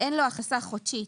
"(1)אין לו הכנסה חודשית,